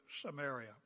Samaria